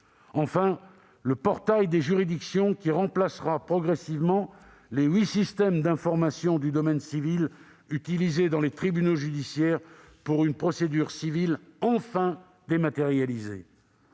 enfin, le portail des juridictions, qui remplacera progressivement les huit systèmes d'information du domaine civil utilisés dans les tribunaux judiciaires pour une procédure civile enfin dématérialisée.